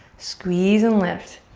squeeze and lift.